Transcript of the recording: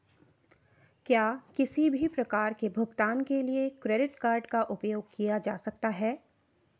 क्या किसी भी प्रकार के भुगतान के लिए क्रेडिट कार्ड का उपयोग किया जा सकता है?